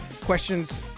Questions